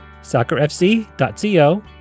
soccerfc.co